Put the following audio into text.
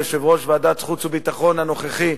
ליושב-ראש ועדת החוץ והביטחון הנוכחי,